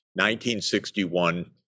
1961